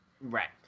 right